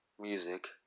music